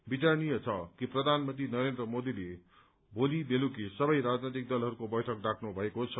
विचारणीय छ कि प्रधानमन्त्री नरेन्द्र मोदीले भोलि बेलुकी सबै राजनैतिक दलहरूको बैठक डाक्नु भएको छ